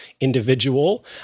individual